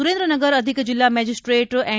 સુરેન્દ્રનગર અધિક જિલ્લા magistrate N